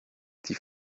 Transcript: die